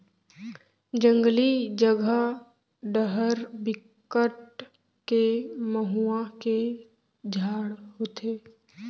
जंगली जघा डहर बिकट के मउहा के झाड़ होथे